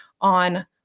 on